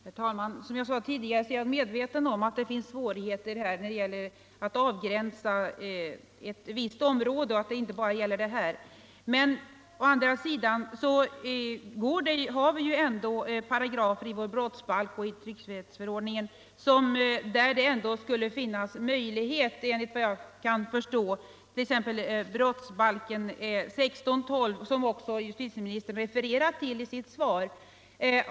Herr talman! Som jag sade tidigare är jag medveten om att det finns = vissa pornografiska svårigheter när man skall avgränsa ett visst område och att det inte bara — tryckalster gäller det nu aktuella avsnittet. Men å andra sidan har vi i vår brottsbalk och i tryckfrihetsförordningen paragrafer som såvitt jag förstår skulle kunna bli tillämpliga. Jag tänker exempelvis på 16 kap. 12 § brottsbalken, som också justitieministern refererar till i sitt svar.